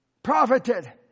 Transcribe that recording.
Profited